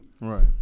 Right